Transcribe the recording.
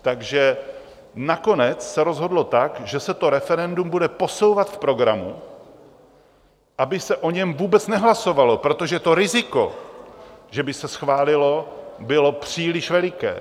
Takže nakonec se rozhodlo tak, že se referendum bude posouvat v programu, aby se o něm vůbec nehlasovalo, protože riziko, že by se schválilo, bylo příliš veliké.